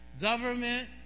government